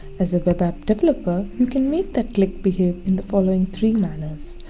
as a web app developer, you can make that click behave in the following three manners.